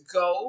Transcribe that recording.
go